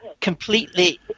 completely